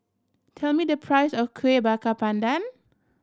tell me the price of Kueh Bakar Pandan